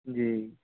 जी